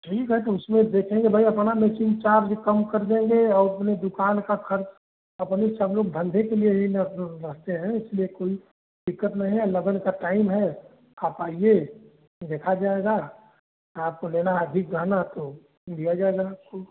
ठीक है तो उसमें देखेंगे भाई अपना मैकिंग चार्ज कम कर देंगे औ अपनी दुकान का ख़र्च अपनी सब लोग धंधे के लिए ही ना मतलब रहते हैं इसलिए कोई दिक़्क़त नहीं है लगन का टाइम है आप आइए देखा जाएगा आपको लेना है अभी गहना तो दिया जाएगा आपको